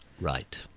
Right